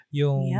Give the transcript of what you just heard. yung